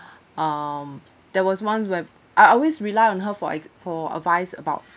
um there was once when I always rely on her for ad~ for advice about